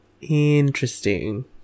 Interesting